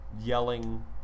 yelling